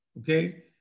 okay